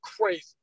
Crazy